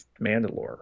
Mandalore